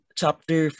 chapter